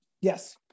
yes